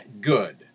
good